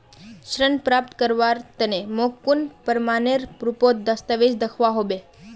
ऋण प्राप्त करवार तने मोक कुन प्रमाणएर रुपोत दस्तावेज दिखवा होबे?